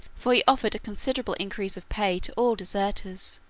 for he offered a considerable increase of pay to all deserters.